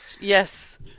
Yes